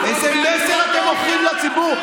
--- איזה מסר אתם מוכרים לציבור,